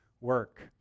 work